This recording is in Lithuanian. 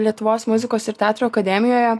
lietuvos muzikos ir teatro akademijoje